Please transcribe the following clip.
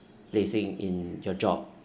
placing in your job